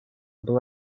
был